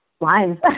lines